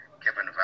Kevin